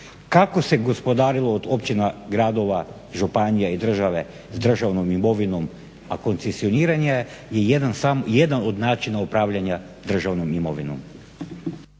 kako se gospodarilo od općina, gradova, županija i države, s državnom imovinom, a koncesioniranje je jedan od načina upravljanja državnom imovinom.